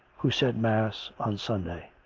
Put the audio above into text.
who said mass on sun day.